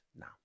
now